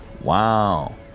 Wow